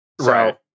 right